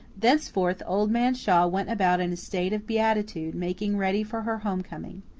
thenceforth old man shaw went about in a state of beatitude, making ready for her homecoming.